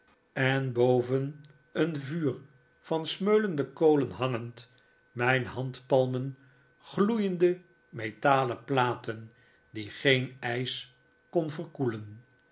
en boven een vuur van smeulende kolenhangend mijn handpalmen gloeiende metalen platen die geen ijs kon verkoelen